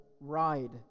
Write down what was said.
ride